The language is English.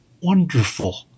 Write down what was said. wonderful